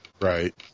Right